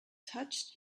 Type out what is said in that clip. touched